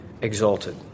exalted